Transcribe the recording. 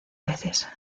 veces